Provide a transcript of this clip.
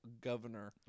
governor